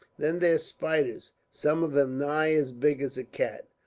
then there's spiders, some of em nigh as big as a cat.